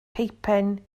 peipen